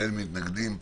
אין מתנגדים.